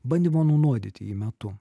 bandymo nunuodyti jį metu